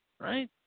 Right